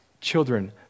children